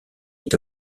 est